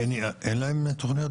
ב- -- אין להם תכניות?